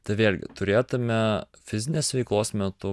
tai vėlgi turėtume fizinės veiklos metu